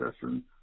person